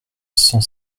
cent